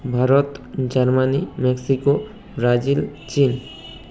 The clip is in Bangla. ভারত জার্মানি মেক্সিকো ব্রাজিল চীন